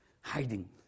hiding